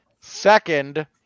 second